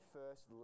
first